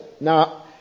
now